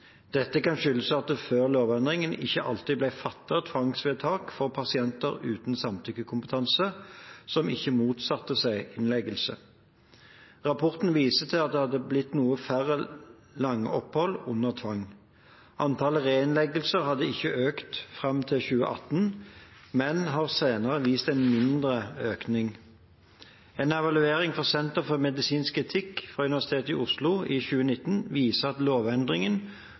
Dette kan skyldes at det før lovendringen ikke alltid ble fattet tvangsvedtak for pasienter uten samtykkekompetanse som ikke motsatte seg innleggelse. Rapporten viser til at det hadde blitt noe færre lange opphold under tvang. Antallet reinnleggelser hadde ikke økt fram til 2018, men har senere vist en mindre økning. En evaluering fra Senter for medisinsk etikk fra Universitetet i Oslo i 2019 viser at lovendringen